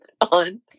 on